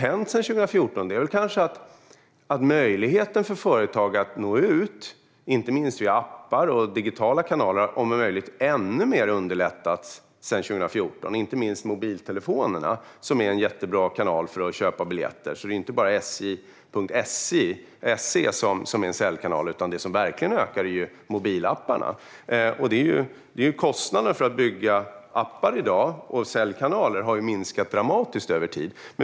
Det som har hänt är att möjligheten för företag att nå ut, inte minst via appar och digitala kanaler, om möjligt har underlättats ännu mer sedan 2014. Inte minst mobiltelefonerna är en jättebra kanal för att köpa biljetter. Det är inte bara sj.se som är en säljkanal, utan det som verkligen ökar är ju mobilapparna. Kostnaderna för att bygga appar och säljkanaler har minskat dramatiskt över tid.